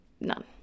none